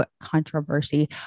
controversy